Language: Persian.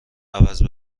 عوض